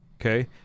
okay